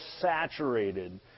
saturated